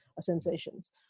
sensations